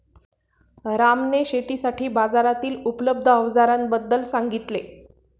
रामने शेतीसाठी बाजारातील उपलब्ध अवजारांबद्दल सांगितले